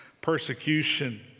persecution